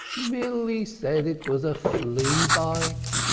milly said it was a flea-bite!